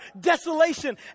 desolation